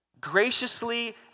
Graciously